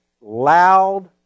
loud